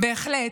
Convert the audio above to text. בהחלט.